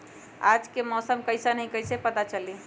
आज के मौसम कईसन हैं कईसे पता चली?